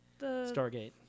Stargate